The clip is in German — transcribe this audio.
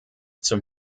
zum